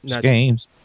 games